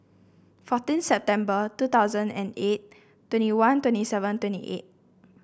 fourteen September two thousand and eight twenty one twenty seven twenty eight